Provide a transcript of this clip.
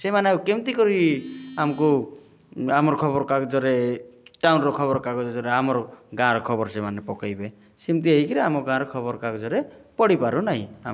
ସେମାନେ ଆଉ କେମତି କରି ଆମକୁ ଆମର ଖବରକାଗଜରେ ଟାଉନ୍ର ଖବରକାଗଜରେ ଆମର ଗାଁର ଖବର ସେମାନେ ପକେଇବେ ସେମତି ହୋଇକି ଆମର ଗାଁର ଖବରକାଗଜରେ ପଡ଼ି ପାରୁ ନାଇଁ